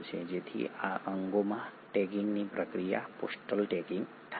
જેથી આ અંગોમાં ટેગિંગની પ્રક્રિયા પોસ્ટલ ટેગિંગ થાય છે